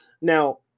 now